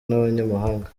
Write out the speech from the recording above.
n’abanyamahanga